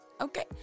okay